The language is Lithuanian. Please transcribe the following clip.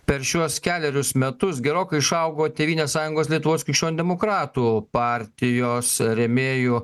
per šiuos kelerius metus gerokai išaugo tėvynės sąjungos lietuvos krikščionių demokratų partijos rėmėjų